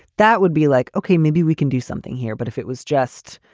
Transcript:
that would be like, okay, maybe we can do something here. but if it was just,